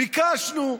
ביקשנו,